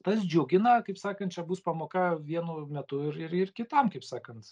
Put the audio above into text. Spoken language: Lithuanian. tas džiugina kaip sakant čia bus pamoka vienu metu ir ir ir kitam kaip sakant